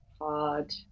hard